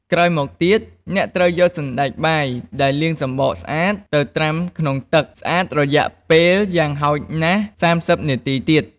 ក្រោយមកទៀត អ្នកត្រូវយកសណ្ដែកបាយ ដែលលាងសំបកស្អាត ទៅត្រាំក្នុងទឹកស្អាតរយៈពេលយ៉ាងហោចណាស់ ៣០ នាទីទៀត។